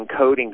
encoding